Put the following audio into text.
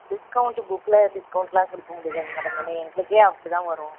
discount புக்கில் டிஸ்கவுண்ட்டெலாம் கொடுக்க முடியலங்க மேடம் ஏன்னா எங்களுக்கே அப்படி தான் வரும்